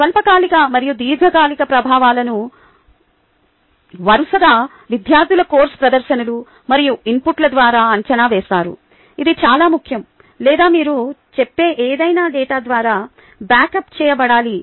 స్వల్పకాలిక మరియు దీర్ఘకాలిక ప్రభావాలను వరుసగా విద్యార్థుల కోర్సు ప్రదర్శనలు మరియు ఇన్పుట్ ద్వారా అంచనా వేస్తారు ఇది చాలా ముఖ్యం లేదా మీరు చెప్పే ఏదైనా డేటా ద్వారా బ్యాకప్ చేయబడాలి